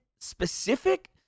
specific